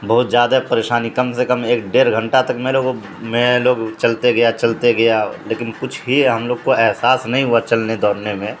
بہت زیادہ پریشانی کم سے کم ایک ڈیڑھ گھنٹہ تک میں لوگوں میں لوگ چلتے گیا چلتے گیا لیکن کچھ ہی ہم لوگ کو احساس نہیں ہوا چلنے دوڑنے میں